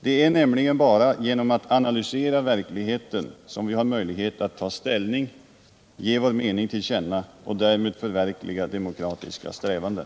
Det: är nämligen bara genom att analysera Anslag till allmänverkligheten som vi har möjlighet att ta ställning, ge vår mening till känna na kulturändamål, och därmed förverkliga demokratiska strävanden.